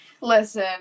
Listen